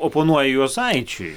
oponuoja juozpaičiui